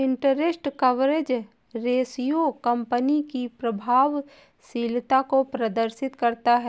interest coverage ratio company की प्रभावशीलता को प्रदर्शित करता है